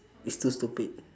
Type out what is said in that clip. it's too stupid